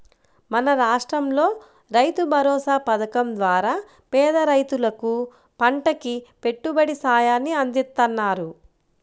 మన రాష్టంలో రైతుభరోసా పథకం ద్వారా పేద రైతులకు పంటకి పెట్టుబడి సాయాన్ని అందిత్తన్నారు